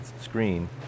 screen